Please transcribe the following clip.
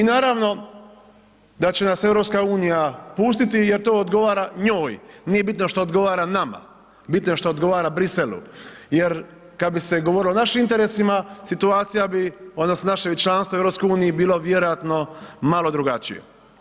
I naravno da će nas EU pustiti jer to odgovara njoj, nije bitno što odgovara nama, bitno je što odgovara Bruxellesu jer kada bi se govorilo o našim interesima situacija bi odnosno naše članstvo u EU bi bilo vjerojatno malo drugačije.